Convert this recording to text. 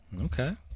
Okay